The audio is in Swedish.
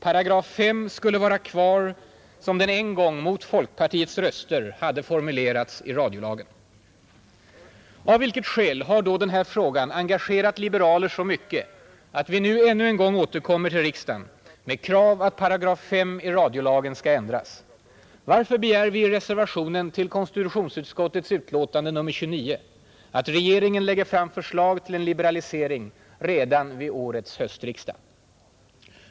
Paragraf 5 skulle vara kvar som den en gång, mot folkpartiets röster, hade formulerats i radiolagen. Av vilket skäl har då den här frågan engagerat liberaler så mycket att vi nu ännu en gång återkommer till riksdagen med krav att § 5 i radiolagen skall ändras? Varför begär vi i reservationen till konstitutionsutskottets betänkande nr 29 att regeringen lägger fram förslag till en liberalisering redan vid årets höstriksdag?